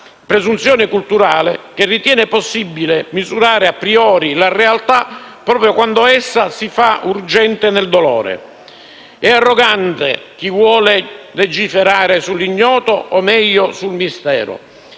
presunzione culturale che ritiene possibile misurare *a priori* la realtà proprio quando essa si fa urgente nel dolore. È arrogante chi vuole legiferare sull'ignoto, o meglio sul mistero.